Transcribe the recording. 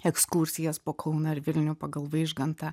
ekskursijas po kauną ir vilnių pagal vaižgantą